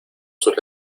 sus